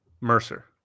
Mercer